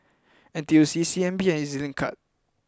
N T U C C N B and E Z Link